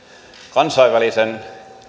kansainvälisen